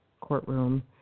courtroom